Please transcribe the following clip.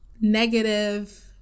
negative